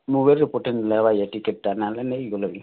ମୋବାଇଲ୍ରେ ପଠେଇଦେଲେ ହେବା ଯେ ଟିକେଟ୍ଟା ନାଇ ହେଲେ ନେଇଗଲେ ବି